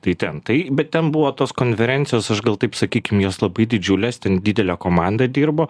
tai ten tai bet ten buvo tos konferencijos aš gal taip sakykim jos labai didžiulės ten didelė komanda dirbo